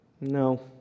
No